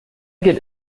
get